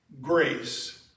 grace